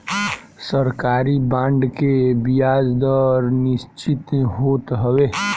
सरकारी बांड के बियाज दर निश्चित होत हवे